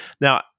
Now